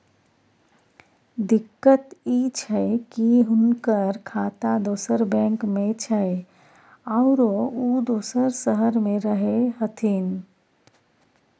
दिक्कत इ छै की हुनकर खाता दोसर बैंक में छै, आरो उ दोसर शहर में रहें छथिन